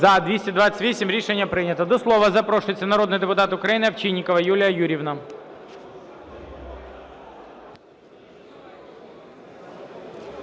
За-228 Рішення прийнято. До слова запрошується народний депутат України Овчинникова Юлія Юріївна.